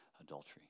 adultery